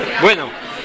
Bueno